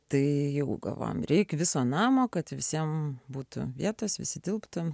tai jau galvojome reik viso namo kad visiems būtų vietas visi tilptų